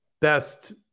best